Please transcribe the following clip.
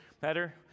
better